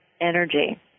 energy